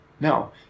No